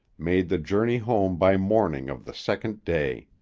made the journey home by morning of the second day.